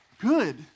good